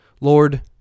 Lord